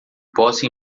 possa